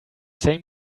same